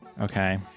Okay